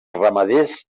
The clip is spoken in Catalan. ramaders